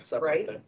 right